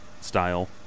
style